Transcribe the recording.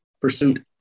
pursuit